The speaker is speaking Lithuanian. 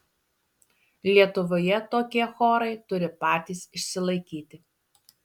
lietuvoje tokie chorai turi patys išsilaikyti